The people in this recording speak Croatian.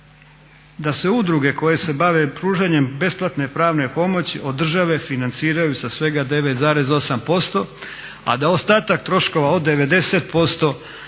da se udruge koje se bave pružanjem besplatne pravne pomoći od države financiraju sa svega 9,8%, a da ostatak troškova od 90% se